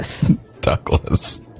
Douglas